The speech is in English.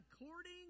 according